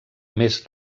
més